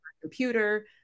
computer